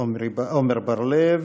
עמר בר-לב.